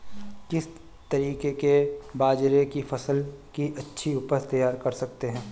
किस तरीके से बाजरे की फसल की अच्छी उपज तैयार कर सकते हैं?